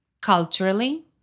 culturally